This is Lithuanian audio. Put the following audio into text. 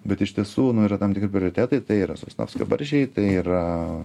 bet iš tiesų nu yra tam tikri prioritetai tai yra sosnovskio barščiai tai yra